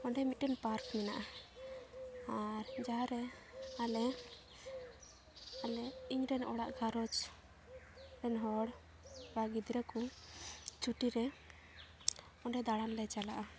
ᱚᱸᱰᱮ ᱢᱤᱫᱴᱮᱱ ᱯᱟᱨᱠ ᱢᱮᱱᱟᱜᱼᱟ ᱟᱨ ᱡᱟᱦᱟᱸᱨᱮ ᱟᱞᱮ ᱟᱞᱮ ᱤᱧᱨᱮᱱ ᱚᱲᱟᱜ ᱜᱷᱟᱨᱚᱸᱡᱽ ᱨᱮᱱ ᱦᱚᱲ ᱵᱟ ᱜᱤᱫᱽᱨᱟᱹ ᱠᱚ ᱪᱷᱩᱴᱤ ᱨᱮ ᱚᱸᱰᱮ ᱫᱟᱬᱟᱱ ᱞᱮ ᱪᱟᱞᱟᱜᱼᱟ